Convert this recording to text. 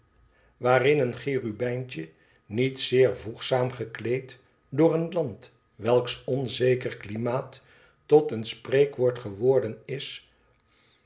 waarin een cherubijntje niet zeer voegzaam gekleed voor een land welks onzeker klimaat tot een spreekwoord geworden is